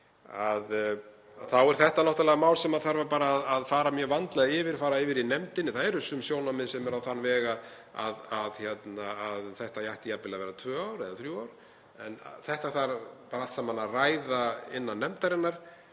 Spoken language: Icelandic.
Þetta er náttúrlega mál sem þarf að fara mjög vandlega yfir í nefndinni. Það eru sum sjónarmið sem eru á þann veg að þetta ættu jafnvel að vera tvö ár eða þrjú ár en þetta þarf allt saman að ræða innan nefndarinnar